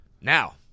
Now